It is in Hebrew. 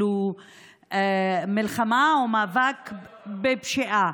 מלחמה או מאבק בפשיעה.